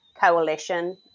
coalition